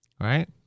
right